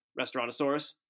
Restaurantosaurus